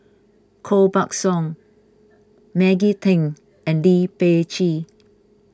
Koh Buck Song Maggie Teng and Lee Peh Gee